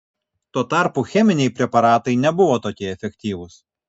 tuo tarpu cheminiai preparatai nebuvo tokie efektyvūs